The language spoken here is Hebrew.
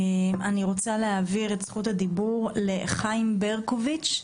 אני רוצה להעביר את זכות הדיבור לחיים ברקוביץ',